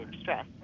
stress